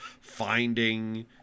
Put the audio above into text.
finding